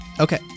Okay